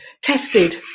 tested